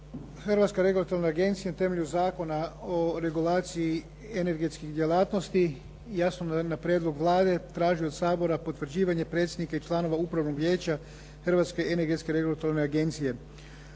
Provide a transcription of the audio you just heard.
Hrvatska regulatorna agencija na temelju Zakona o regulaciji energetskih djelatnosti i jasno na prijedlog na prijedlog Vlade traži od Sabora potvrđivanje predsjednika i članova Upravnog vijeća Hrvatske energetske regulatorne agencije.